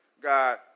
God